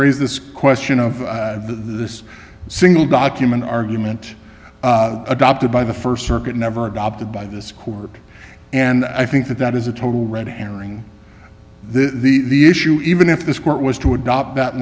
raised this question of this single document argument adopted by the first circuit never adopted by this court and i think that that is a total red herring this the issue even if this court was to adopt that